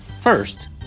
First